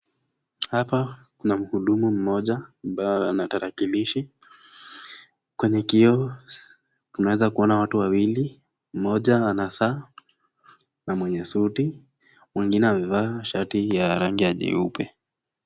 Hapa kuna mhudumu mmoja ambaye ana tarakilishi. Kwenye kioo tunaweza kuona watu wawili; mmoja ana saa na mwenye suti. Mwingine amevaa shati ya rangi ya jeupe.